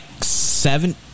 seven